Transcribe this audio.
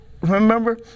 remember